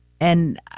and-